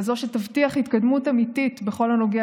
כזה שיבטיח התקדמות אמיתית בכל הנוגע